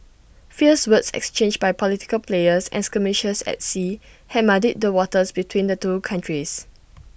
fierce words exchanged by political players and skirmishes at sea had muddied the waters between the two countries